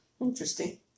Interesting